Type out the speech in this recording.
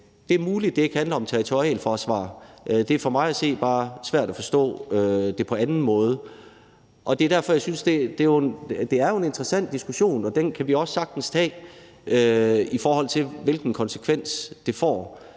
Det er muligt, at det ikke handler om territorialforsvar. Det er for mig at se bare svært at forstå det på anden måde. Det er jo en interessant diskussion, og den kan vi også sagtens tage, i forhold til hvilken konsekvens det får.